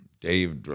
Dave